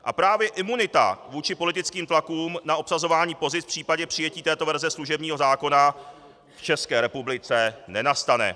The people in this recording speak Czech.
A právě imunita vůči politickým tlakům na obsazování pozic v případě přijetí této verze služebního zákona v České republice nenastane.